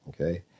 Okay